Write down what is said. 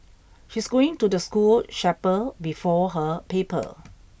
she's going to the school chapel before her paper